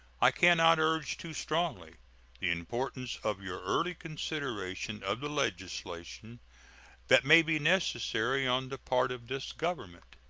i can not urge too strongly the importance of your early consideration of the legislation that may be necessary on the part of this government.